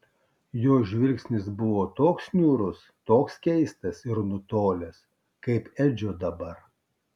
jo žvilgsnis buvo toks niūrus toks keistas ir nutolęs kaip edžio dabar